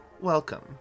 Welcome